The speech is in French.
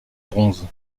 bronze